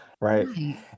right